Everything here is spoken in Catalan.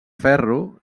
ferro